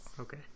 Okay